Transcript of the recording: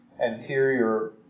anterior